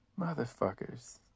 Motherfuckers